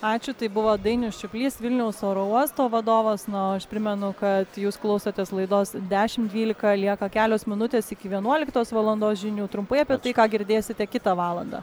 ačiū tai buvo dainius čiuplys vilniaus oro uosto vadovas na o aš primenu kad jūs klausotės laidos dešim dvylika lieka kelios minutės iki vienuoliktos valandos žinių trumpai apie tai ką girdėsite kitą valandą